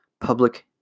Public